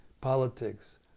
politics